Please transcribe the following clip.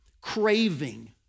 craving